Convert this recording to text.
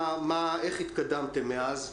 איך התקדמתם מאז?